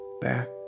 back